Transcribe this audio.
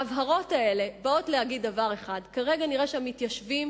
ההבהרות האלה באות להגיד דבר אחד: כרגע נראה שהמתיישבים